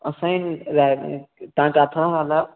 तव्हां किथां ॻाल्हायो